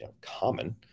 common